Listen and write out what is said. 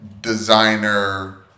designer